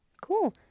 Cool